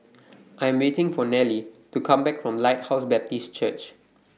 I'm waiting For Nellie to Come Back from Lighthouse Baptist Church